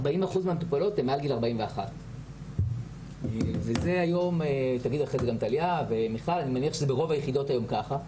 40% מהמטופלות הן מעל גיל 41. אני מניח שברוב היחידות זה ככה,